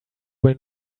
will